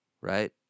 right